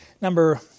Number